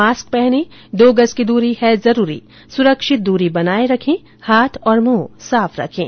mask पहनें दो गज की दूरी है जरूरी सुरक्षित दूरी बनाए रखें हाथ और मुंह साफ रखें